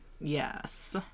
Yes